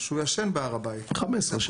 הוא ישן בהר הבית ובכותל.